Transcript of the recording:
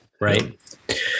right